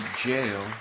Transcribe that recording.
jail